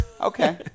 okay